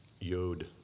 Yod